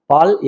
Paul